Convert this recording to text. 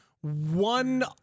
one